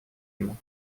ему